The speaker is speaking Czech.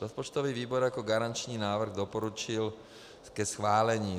Rozpočtový výbor jako garanční návrh doporučil ke schválení.